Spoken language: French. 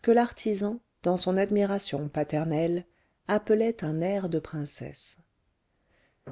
que l'artisan dans son admiration paternelle appelait un air de princesse